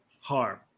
harm